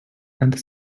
and